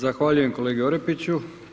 Zahvaljujem kolegi Orepiću.